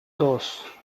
dos